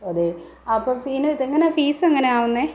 അതെ അപ്പം പിന്നെ ഇത് എങ്ങനാ ഫീസ് എങ്ങനെ ആവുന്നത്